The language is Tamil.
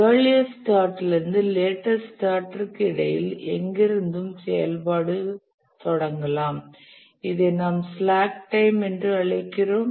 இயர்லியஸ்ட் ஸ்டார்டிலிருந்து லேட்டஸ்ட் ஸ்டார்டிற்கு இடையில் எங்கிருந்தும் செயல்பாடு தொடங்கலாம் இதை நாம் ஸ்லாக் டைம் என்று அழைக்கிறோம்